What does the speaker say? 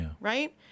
right